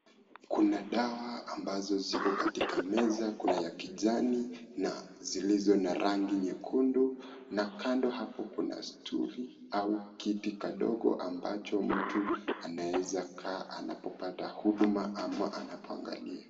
Kuna dawa ambazo ziko katika meza kuna ya kijana na zilizo na rangi nyekundu na kando hapo kuna sutuli au kiti kadogo ambacho mtu anaweza kaa anapopata huduma au anapoangalia.